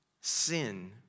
sin